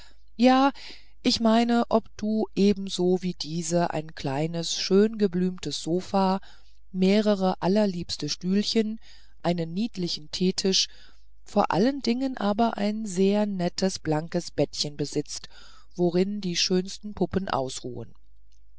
ja ich meine ob du ebenso wie diese ein kleines schöngeblümtes sofa mehrere allerliebste stühlchen einen niedlichen teetisch vor allen dingen aber ein sehr nettes blankes bettchen besitzest worin die schönsten puppen ausruhen